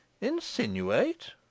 Insinuate